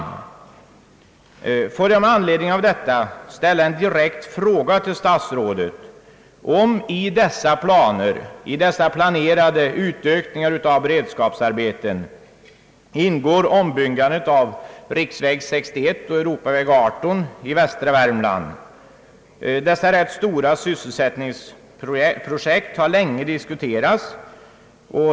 Får jag med anledning av detta ställa en direkt fråga, om i dessa planerade utökningar av beredskapsarbeten ingår ombyggandet av riksväg 61 och Europaväg 18 i västra Värmland. Dessa rätt stora sysselsättningsprojekt har länge diskuterats.